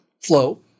flow